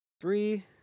three